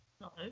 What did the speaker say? No